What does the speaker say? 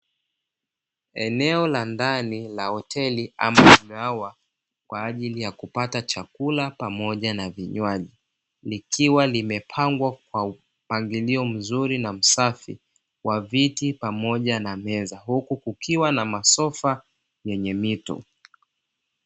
Eneo la ndani la hoteli ama mgahawa kwa ajili ya kupata chakula pamoja na vinywaji, likiwa limepangwa kwa mpangilio mzuri na usafi wa viti pamoja na meza, huku kukiwa na masofa yenye mito.